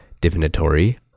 divinatory